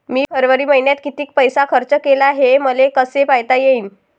मी फरवरी मईन्यात कितीक पैसा खर्च केला, हे मले कसे पायता येईल?